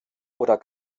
oder